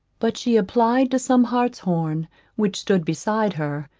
but she applied to some hartshorn which stood beside her,